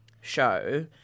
show